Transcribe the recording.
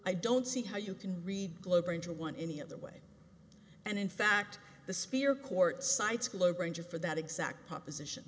i don't see how you can read globe ranger one any other way and in fact the spear court cites globe ranger for that exact proposition